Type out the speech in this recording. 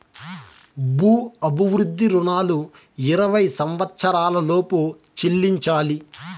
భూ అభివృద్ధి రుణాలు ఇరవై సంవచ్చరాల లోపు చెల్లించాలి